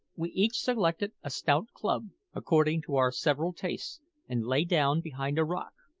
we each selected a stout club according to our several tastes and lay down behind a rock,